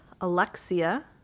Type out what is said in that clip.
Alexia